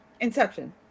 Inception